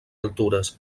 altures